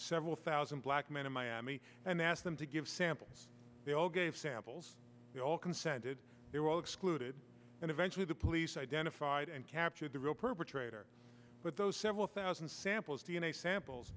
several thousand black men in miami and asked them to give samples they all gave samples all consented they were all excluded and eventually the police identified and captured the real perpetrator but those several thousand samples d n a samples